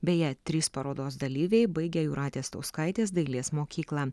beje trys parodos dalyviai baigė jūratės stauskaitės dailės mokyklą